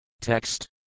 Text